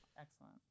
Excellent